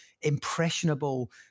impressionable